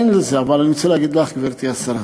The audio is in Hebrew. אין לזה, אבל אני רוצה להגיד לך, גברתי השרה,